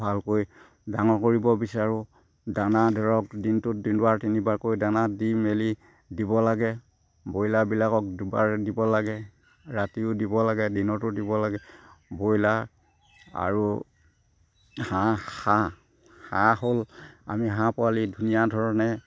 ভালকৈ ডাঙৰ কৰিব বিচাৰোঁ দানা ধৰক দিনটোত তিনিবাৰকৈ দানা দি মেলি দিব লাগে ব্ৰইলাৰবিলাকক দুবাৰ দিব লাগে ৰাতিও দিব লাগে দিনতো দিব লাগে ব্ৰইলাৰ আৰু হাঁহ হাঁহ হাঁহ হ'ল আমি হাঁহ পোৱালি ধুনীয়া ধৰণে